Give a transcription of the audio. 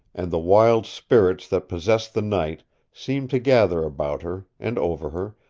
and the wild spirits that possessed the night seemed to gather about her, and over her,